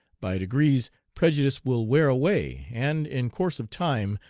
by degrees prejudice will wear away, and, in course of time,